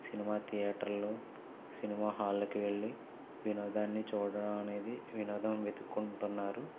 cinema థియేటర్లు cinema హాళ్ళకు వెళ్ళి వినోదాన్ని చూడటం అనేది వినోదం వెతుకుంటున్నారు